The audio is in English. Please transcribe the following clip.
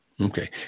Okay